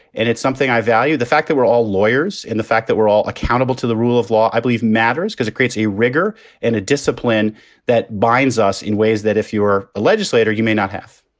and it's something i value. the fact that we're all lawyers and the fact that we're all accountable to the rule of law, i believe matters because it creates a rigour in a discipline that binds us in ways that if you are a legislator, you may not have